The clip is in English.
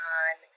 on